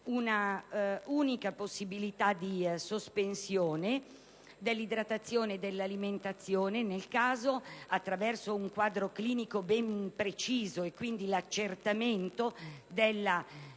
una unica possibilità di sospensione dell'idratazione e dell'alimentazione qualora si determini un quadro clinico ben preciso e quindi l'accertamento della